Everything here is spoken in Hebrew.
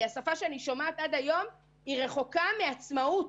השפה שאני שומעת עד היום היא רחוקה מעצמאות.